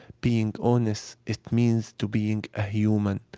being honest, it means to being a human.